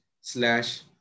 slash